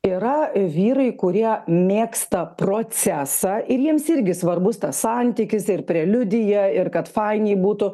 yra vyrai kurie mėgsta procesą ir jiems irgi svarbus tas santykis ir preliudija ir kad fainiai būtų